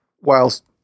whilst